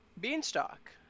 Beanstalk